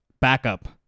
backup